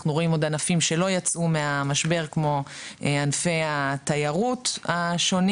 אנחנו רואים עוד ענפים שלא יצאו מהמשבר כמו ענפי התיירות השונים.